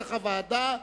כנוסח הוועדה,